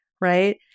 right